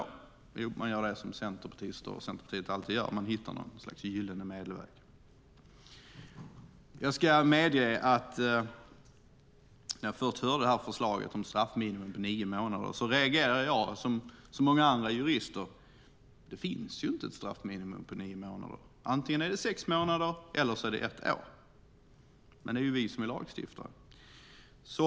Jo, man gör som centerpartister och Centerpartiet alltid gör. Man hittar en gyllene medelväg. Jag ska medge att när jag först hörde förslaget om straffminimum på nio månader reagerade jag som så många andra jurister. Jag tänkte: Det finns ju inte ett straffminimum på nio månader. Antingen är det sex månader eller ett år. Men det är ju vi som är lagstiftare.